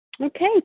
Okay